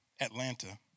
Atlanta